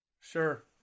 sure